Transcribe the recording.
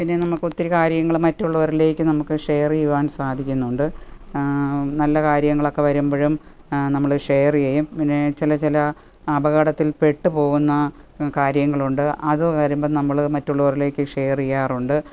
പിന്നെ നമുക്ക് ഒത്തിരി കാര്യങ്ങൾ മറ്റുള്ളവരിലേക്ക് നമുക്ക് ഷെയർ ചെയ്യുവാൻ സാധിക്കുന്നുണ്ട് നല്ല കാര്യങ്ങളൊക്കെ വരുമ്പോഴും നമ്മൾ ഷെയർ ചെയ്യും പിന്നെ ചില ചില അപകടത്തിൽപ്പെട്ട് പോകുന്ന കാര്യങ്ങളുണ്ട് അത് വരുമ്പം നമ്മൾ മറ്റുള്ളവരിലേക്ക് ഷെയർ ചെയ്യാറുണ്ട്